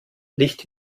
licht